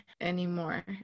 anymore